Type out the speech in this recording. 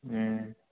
ꯎꯝ